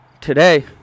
today